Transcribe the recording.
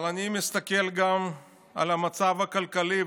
אבל אני מסתכל גם על המצב הכלכלי,